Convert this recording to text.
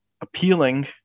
appealing